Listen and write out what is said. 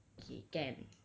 okay can